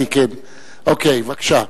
בבקשה.